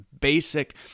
basic